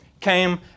came